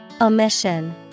Omission